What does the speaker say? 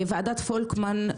ועדת פולקמן,